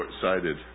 short-sighted